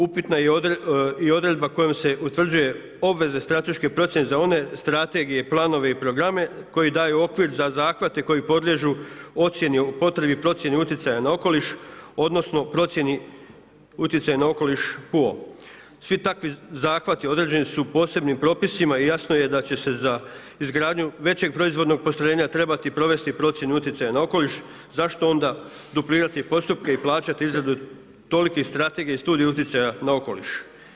Upitno je i odredba kojom se utvrđuje obveze strateške procjene za one strategije, planove i programe koji daju okvir za zahvate koji podliježu ocjeni i potrebi procjena utjecaja na okoliš odnosno procjeni utjecaja na okoliš … Svi takvi zahvati određeni su posebnim propisima i jasno je da će se za izgradnju većeg proizvodnog postrojenja trebati provesti procjena utjecaja na okoliš, zašto onda duplirati postupke i plaćati izradu tolikih strategija i studiju utjecaja na okoliš.